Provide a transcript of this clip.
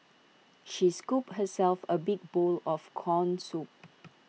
she scooped herself A big bowl of Corn Soup